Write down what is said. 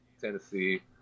Tennessee